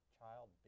child